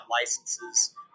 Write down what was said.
licenses